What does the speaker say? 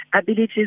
abilities